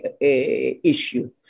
issue